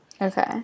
Okay